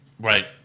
Right